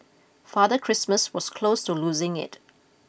Father Christmas was close to losing it